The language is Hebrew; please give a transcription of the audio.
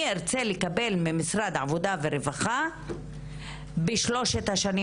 אני ארצה לקבל ממשרד העבודה והרווחה - בשלושת השנים